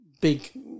big